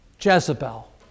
Jezebel